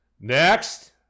Next